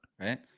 Right